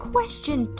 Question